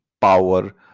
power